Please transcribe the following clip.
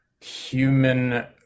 human